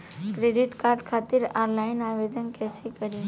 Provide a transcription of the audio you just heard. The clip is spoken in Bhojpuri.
क्रेडिट कार्ड खातिर आनलाइन आवेदन कइसे करि?